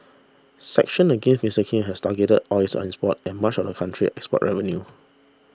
sanctions against Mister Kim has targeted oils and sports and much of the country's export revenue